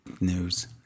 news